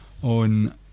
on